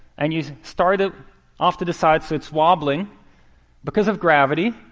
and you start it off to the side so it's wobbling because of gravity,